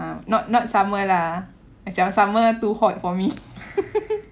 ah not not summer lah macam summer too hot for me